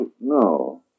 No